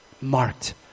marked